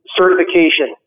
certification